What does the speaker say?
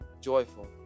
joyful